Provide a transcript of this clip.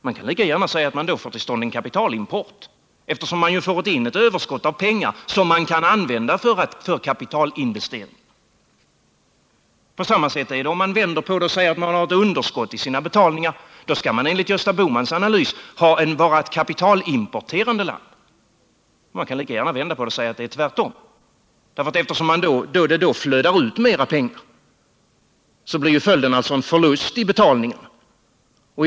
Man kan lika gärna säga att man då får till stånd en kapitalimport, eftersom man ju får in ett överskott av pengar, som man kan använda för kapitalinvesteringar. På samma sätt är det om man vänder på det och antar att man har ett underskott i sina betalningar. Då är det enligt Gösta Bohmans analys fråga om ett kapitalimporterande land. Man kan lika gärna säga att det är tvärtom. Eftersom det då flödar ut mer pengar blir ju följden en förlust i betalningarna.